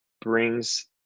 brings